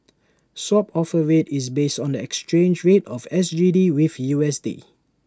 swap offer rate is based on the exchange rate of S G D with U S D